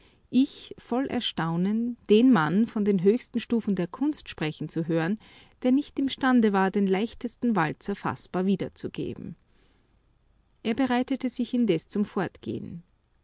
ich voll erstaunen den mann von den höchsten stufen der kunst sprechen zu hören der nicht imstande war den leichtesten walzer faßbar wiederzugeben er bereitete sich indes zum fortgehen